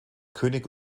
könig